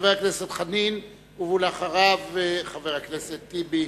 חבר הכנסת חנין, ואחריו, חבר הכנסת טיבי,